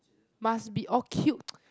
must be all cute